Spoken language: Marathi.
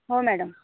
हो मॅडम